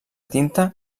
tinta